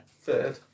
Third